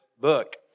book